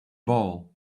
ball